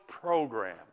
program